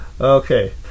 Okay